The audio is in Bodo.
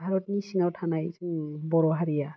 भारतनि सिङाव थानाय जोंनि बर' हारिया